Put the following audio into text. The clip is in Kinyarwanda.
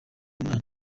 munani